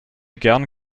gern